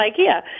Ikea